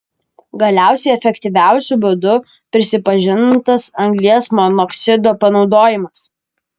galiausiai efektyviausiu būdu buvo pripažintas anglies monoksido panaudojimas